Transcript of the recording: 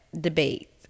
debate